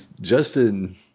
Justin